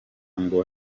ngo